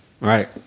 Right